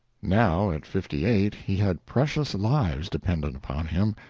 now, at fifty-eight, he had precious lives dependent upon him,